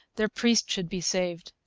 their priest should be saved.